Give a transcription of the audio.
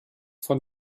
von